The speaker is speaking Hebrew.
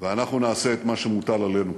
ואנחנו נעשה את מה שמוטל עלינו.